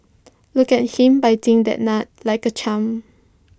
look at him biting that nut like A champ